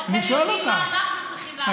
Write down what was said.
שאתם יודעים מה אנחנו צריכים לעשות.